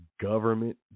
government